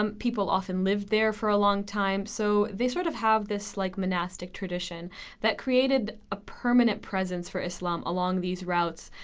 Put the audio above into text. um people often lived there for a long time, so they sort of have this like monastic tradition that created a permanent presence for islam along these routes.